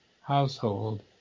household